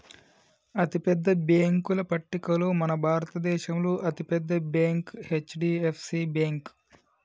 అతిపెద్ద బ్యేంకుల పట్టికలో మన భారతదేశంలో అతి పెద్ద బ్యాంక్ హెచ్.డి.ఎఫ్.సి బ్యేంకు